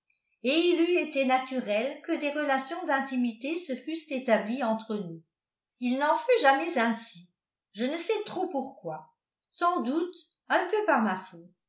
il eût été naturel que des relations d'intimité se fussent établies entre nous il n'en fut jamais ainsi je ne sais trop pourquoi sans doute un peu par ma faute